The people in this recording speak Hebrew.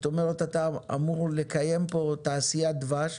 זאת אומרת, אתה אמור לקיים פה תעשיית דבש,